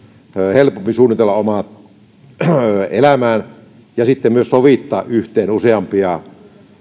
helpompi suunnitella omaa elämää ja sitten myös sovittaa yhteen useampia